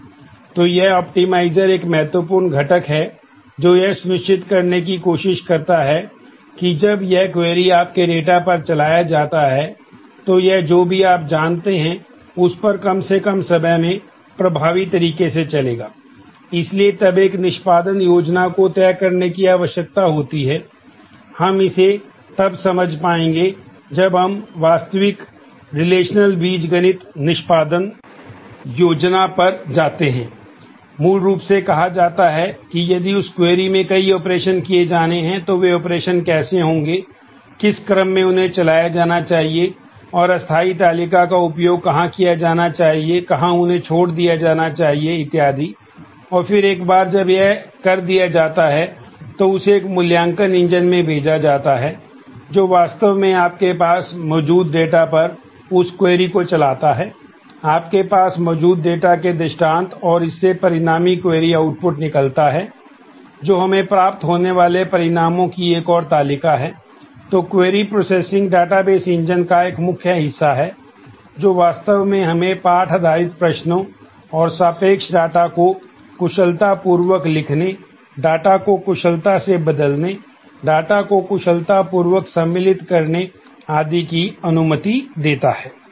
तो यह ऑप्टिमाइज़र एक महत्वपूर्ण घटक है जो यह सुनिश्चित करने की कोशिश करता है कि जब यह क्वेरी इंजन का एक मुख्य हिस्सा है जो वास्तव में हमें पाठ आधारित प्रश्नों और सापेक्ष डेटा को कुशलतापूर्वक लिखने डेटा को कुशलता से बदलने डेटा को कुशलतापूर्वक सम्मिलित करने आदि की अनुमति देता है